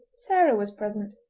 sarah was present,